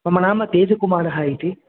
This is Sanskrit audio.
मम नाम तेजकुमारः इति